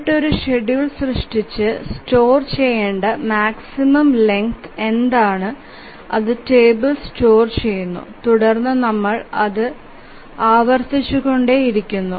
എന്നിട്ട് ഒരു ഷെഡ്യൂൾ സൃഷ്ടിച്ച് സ്റ്റോർ ചെയ്യണ്ട മാക്സിമം ലെങ്ത് എന്താണ് അതു ടേബിൾ സ്റ്റോർ ചെയുന്നു തുടർന്ന് നമ്മൾ അത് ആവര്തിച്ചുകൊണ്ടേ ഇരിക്കുന്നു